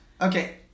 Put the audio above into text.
Okay